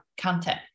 content